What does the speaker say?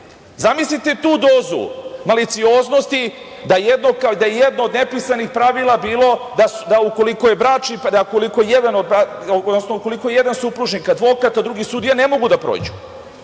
Zamislite tu dozu malicioznosti da je jedno od nepisanih pravila bilo da ukoliko je jedan supružnik advokat, a drugi sudija ne mogu da prođu